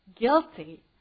guilty